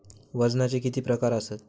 वजनाचे किती प्रकार आसत?